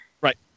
Right